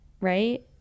right